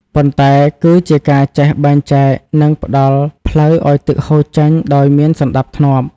ប៉ុន្តែគឺជាការចេះបែងចែក និងផ្ដល់ផ្លូវឱ្យទឹកហូរចេញដោយមានសណ្ដាប់ធ្នាប់។